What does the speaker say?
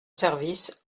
service